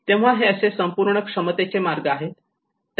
तेव्हा हे असे संपूर्ण क्षमतेचे मार्ग आहेत